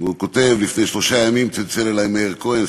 והוא כותב: "לפני שלושה ימים צלצל אלי מאיר כהן,